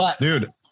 dude